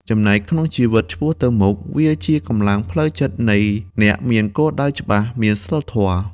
ចំណែកក្នុងជីវិតឆ្ពោះទៅមុខ វាជាកម្លាំងផ្លូវចិត្តនៃអ្នកមានគោលដៅច្បាស់ មានសីលធម៌។